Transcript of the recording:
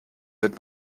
wird